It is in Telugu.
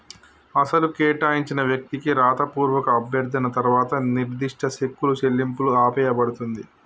అసలు కేటాయించిన వ్యక్తికి రాతపూర్వక అభ్యర్థన తర్వాత నిర్దిష్ట సెక్కులు చెల్లింపులు ఆపేయబడుతుంది